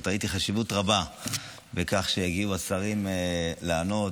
ראיתי חשיבות רבה בכך שיגיעו השרים לענות.